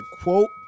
quote